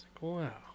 Wow